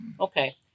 Okay